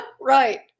Right